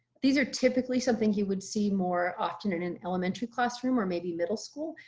these are typically something he would see more often in an elementary classroom or maybe middle school.